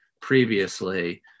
previously